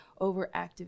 overactive